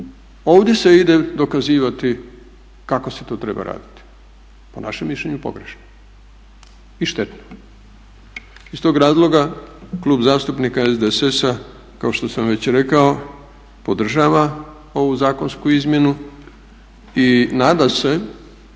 Ovdje se ide dokazivati kako se to treba raditi, po našem mišljenju pogrešno i štetno. Iz tog razloga Klub zastupnika SDSS-a kao što sam već rekao podržava ovu zakonsku izmjenu i nada se